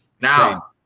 Now